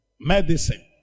Medicine